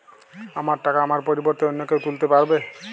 আমার টাকা আমার পরিবর্তে অন্য কেউ তুলতে পারবে?